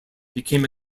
became